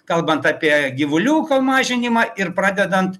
kalbant apie gyvuliuko mažinimą ir pradedant